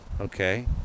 Okay